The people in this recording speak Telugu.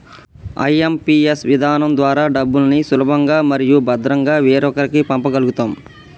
ఐ.ఎం.పీ.ఎస్ విధానం ద్వారా డబ్బుల్ని సులభంగా మరియు భద్రంగా వేరొకరికి పంప గల్గుతం